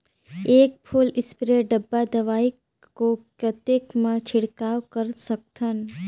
एक full spray डब्बा दवाई को कतेक म छिड़काव कर सकथन?